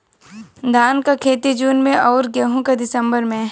धान क खेती जून में अउर गेहूँ क दिसंबर में?